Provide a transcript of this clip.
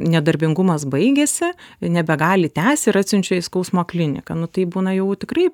nedarbingumas baigiasi nebegali tęsti ir atsiunčia į skausmo kliniką nu tai būna jau tikrai